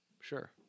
Sure